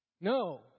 No